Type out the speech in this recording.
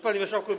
Panie Marszałku!